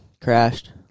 crashed